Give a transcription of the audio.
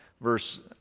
Verse